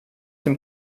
dem